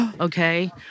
okay